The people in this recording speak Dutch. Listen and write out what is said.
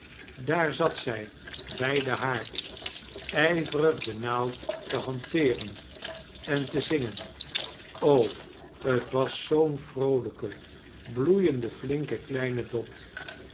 daar zat zij bij den haard ijverig de naald te hanteeren en te zingen o t was zoo'n vroolijke bloeiende flinke kleine dot